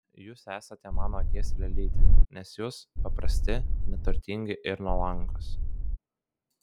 jūs esate mano akies lėlytė nes jūs paprasti neturtingi ir nuolankūs